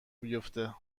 بیفته